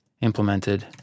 implemented